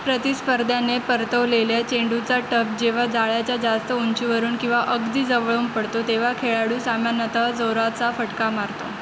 प्रतिस्पर्ध्याने परतवलेल्या चेंडूचा टप जेव्हा जाळ्याच्या जास्त उंचीवरून किंवा अगदी जवळून पडतो तेव्हा खेळाडू सामान्यतः जोराचा फटका मारतो